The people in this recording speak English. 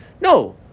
No